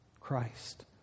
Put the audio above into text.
Christ